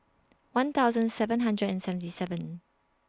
one thousand seven hundred and seventy seven